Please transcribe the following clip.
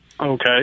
Okay